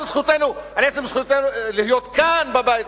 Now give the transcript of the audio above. על עצם זכותנו להיות כאן בבית,